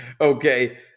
Okay